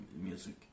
music